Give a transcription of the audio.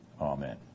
Amen